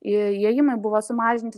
įėjimai buvo sumažinti